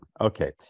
Okay